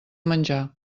menjar